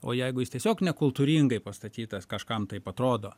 o jeigu jis tiesiog nekultūringai pastatytas kažkam taip atrodo